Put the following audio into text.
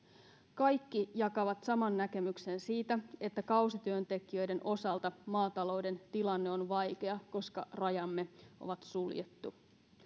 kaikki jakavat saman näkemyksen siitä että kausityöntekijöiden osalta maatalouden tilanne on vaikea koska rajamme on suljettu